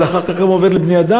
אבל אחר כך הוא עובר לבני-אדם,